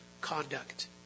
conduct